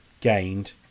gained